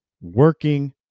working